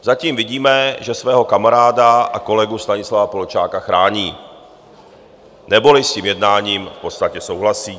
Zatím vidíme, že svého kamaráda a kolegu Stanislava Polčáka chrání, neboli s tím jednáním v podstatě souhlasí.